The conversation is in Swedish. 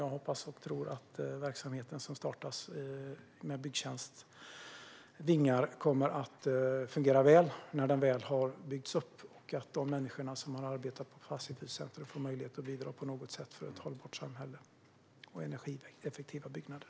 Jag hoppas och tror att den verksamhet som startas med Svensk Byggtjänsts vingar kommer att fungera väl när den väl har byggts upp och att de människor som har arbetat på Passivhuscentrum får möjlighet att bidra på något sätt för ett hållbart samhälle och energieffektiva byggnader.